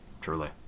Truly